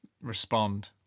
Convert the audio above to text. respond